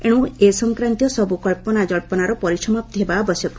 ଏଣୁ ଏ ସଂକ୍ରାନ୍ତୀୟ ସବୁ କଞ୍ଚନାଜ୍ଞନାର ପରିସମାପ୍ତି ହେବା ଆବଶ୍ୟକ